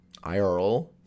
IRL